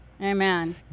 Amen